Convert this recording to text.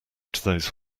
those